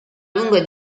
lunga